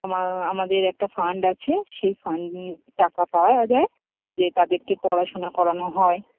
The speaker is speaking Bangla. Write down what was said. আমা আমাদের একটা ফান্ড আছে সেই ফান্ড টাকা পাওয়া যায় যে তাদেরকে পড়াশোনা করানো হয়